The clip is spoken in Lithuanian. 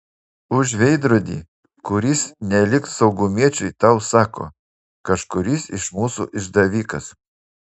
už veidrodį kuris nelyg saugumiečiui tau sako kažkuris iš mūsų išdavikas